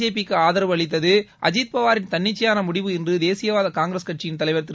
ஜேபிக்கு ஆதரவு அளித்தது அஜித் பவாரின் தன்னிச்சையான முடிவு என்று தேசியவாத காங்கிரஸ் கட்சியின் தலைவா் திரு